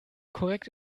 korrekt